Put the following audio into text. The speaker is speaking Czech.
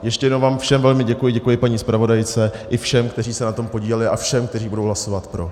Ještě jednou vám všem velmi děkuji, děkuji paní zpravodajce i všem, kteří se na tom podíleli, a všem, kteří budou hlasovat pro.